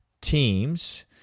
teams